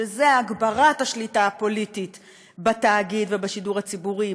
שזה הגברת השליטה הפוליטית בתאגיד ובשידור הציבורי,